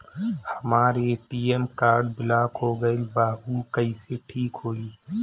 हमर ATM card block हो गईल बा ऊ कईसे ठिक होई?